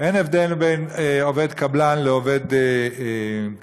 אין הבדל בין עובד קבלן לעובד קבוע,